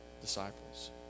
disciples